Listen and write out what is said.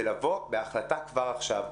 ולבוא בהחלטה כבר עכשיו.